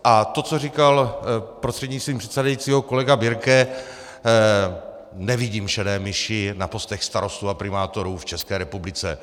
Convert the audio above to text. A to, co říkal, prostřednictvím předsedajícího, kolega Birke: Nevidím šedé myši na postech starostů a primátorů v České republice.